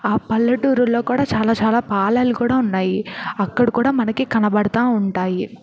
ఆ పల్లెటూరుల్లో కూడా చాలా చాలా పాలలు కూడా ఉన్నాయి అక్కడ కూడా మనకి కనబడతూ ఉంటాయి